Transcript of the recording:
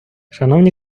шановні